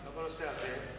לא בנושא הזה,